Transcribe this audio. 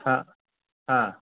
हा हा